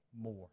more